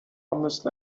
مثل